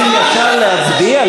אתם רוצים ישר להצביע,